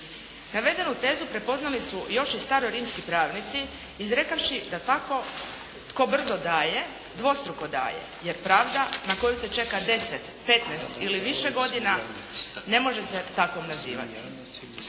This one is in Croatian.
Navedenu tezu prepoznali su još i staro rimski pravnici izrekavši da tako tko brzo daje dvostruko daje jer pravda na koju se čeka deset, petnaest ili više godina ne može se takvom nazivati.